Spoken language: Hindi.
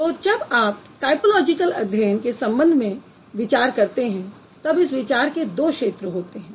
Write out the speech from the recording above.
तो जब आप टायपोलॉजिकल अध्ययन के संबंध में विचार करते हैं तब इस विचार के दो क्षेत्र होते हैं